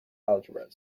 algebras